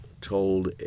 told